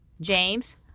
James